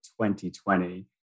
2020